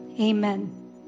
Amen